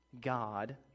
God